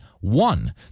One